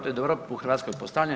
To je dobro u Hrvatskoj postavljeno.